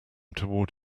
toward